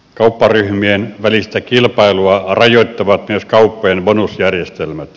kaupparyhmien välistä kilpailua rajoittavat myös kauppojen bonusjärjestelmät